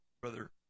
Brother